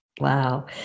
Wow